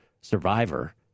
Survivor